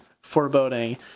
foreboding